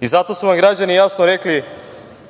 Zato su vam građani jasno rekli